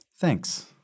Thanks